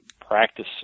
practice